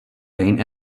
lane